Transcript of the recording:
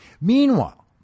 Meanwhile